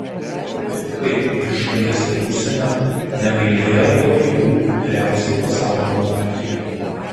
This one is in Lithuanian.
politikai iš šalies ir užsienio negailėjo pagyrų vyriausiai pasaulio monarchei